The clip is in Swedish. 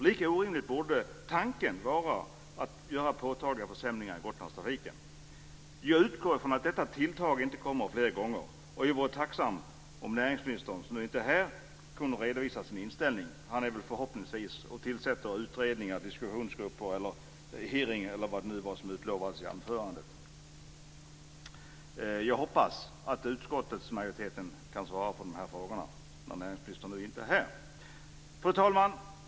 Lika orimlig borde tanken vara att göra påtagliga försämringar i Gotlandstrafiken. Jag utgår från att detta tilltag inte kommer att ske flera gånger. Jag vore tacksam om näringsministern kunde redovisa sin inställning. Näringsministern är inte här. Han håller väl förhoppningsvis på med att tillsätta utredningar, diskussionsgrupper, anordnar hearingar och allt vad det var som utlovades i hans anförande. Jag hoppas att någon från utskottsmajoriteten kan svara på dessa frågor. Fru talman!